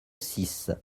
six